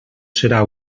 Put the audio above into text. serà